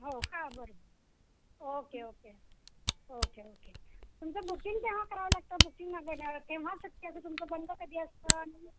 हो का बरं ओके ओके ओके ओके तुमचं बुकिंग केव्हा करावं लागतं बुकिंग केव्हा शक्यतो तुमचं बंद कधी असतं आणि